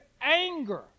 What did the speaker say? anger